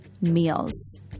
meals